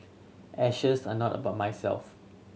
ashes are not about myself